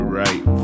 right